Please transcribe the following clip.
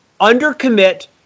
undercommit